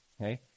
Okay